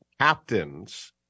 captains